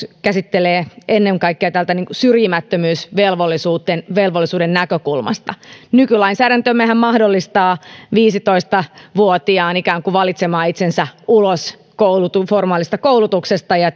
käsittelee ennen kaikkea syrjimättömyysvelvollisuuden näkökulmasta nykylainsäädäntömmehän mahdollistaa viisitoista vuotiaan ikään kuin valitsemaan itsensä ulos formaalista koulutuksesta ja